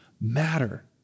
matter